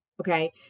Okay